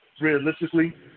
Realistically